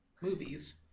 movies